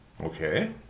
Okay